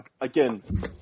again